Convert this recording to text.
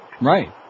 Right